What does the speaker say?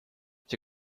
see